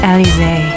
Alize